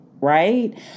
Right